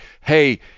hey